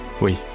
Oui